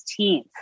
16th